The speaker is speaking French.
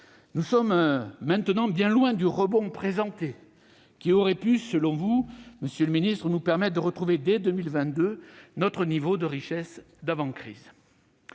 Nous sommes, maintenant, bien loin du rebond présenté qui aurait pu, selon vous, nous permettre de retrouver dès 2022 notre niveau de richesse d'avant la crise.